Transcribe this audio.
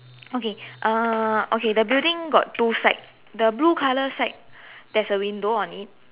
okay uh okay the building got two side the blue color side there's a window on it